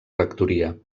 rectoria